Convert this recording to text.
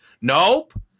Nope